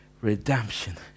Redemption